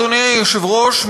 אדוני היושב-ראש,